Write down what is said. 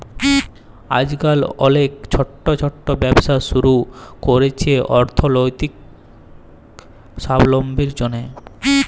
আইজকাল অলেক ছট ছট ব্যবসা ছুরু ক্যরছে অথ্থলৈতিক সাবলম্বীর জ্যনহে